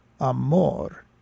Amor